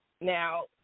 Now